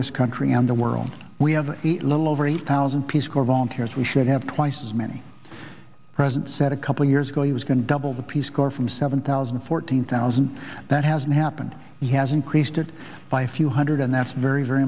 this country and the world we have a little over eight thousand peace corps volunteers we should have twice as many present said a couple of years ago he was going to double the peace corps from seven thousand and fourteen thousand that hasn't happened yet as increased it by a few hundred and that's very very